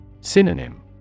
Synonym